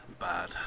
Bad